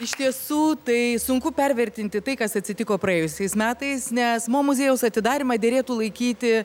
iš tiesų tai sunku pervertinti tai kas atsitiko praėjusiais metais nes mo muziejaus atidarymą derėtų laikyti